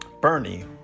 Bernie